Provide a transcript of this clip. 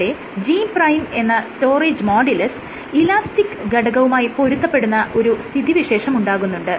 ഇവിടെ G' എന്ന storage modulus elastic ഘടകവുമായി പൊരുത്തപ്പെടുന്ന ഒരു സ്ഥിതി വിശേഷമുണ്ടാകുന്നുണ്ട്